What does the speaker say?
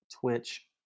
Twitch